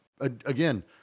again